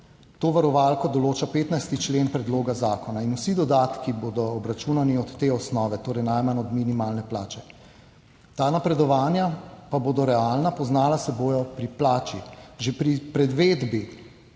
to varovalko določa 15. člen predloga zakona in vsi dodatki bodo obračunani od te osnove, torej najmanj od minimalne plače. Ta napredovanja pa bodo realna, poznala se bodo pri plači, že pri prevedbi